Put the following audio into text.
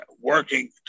working